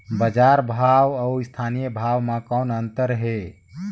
बजार भाव अउ स्थानीय भाव म कौन अन्तर हे?